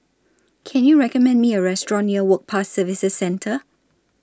Can YOU recommend Me A Restaurant near Work Pass Services Centre